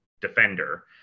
defender